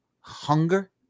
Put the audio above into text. hunger